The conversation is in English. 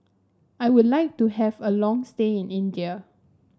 I would like to have a long stay in India